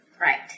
Right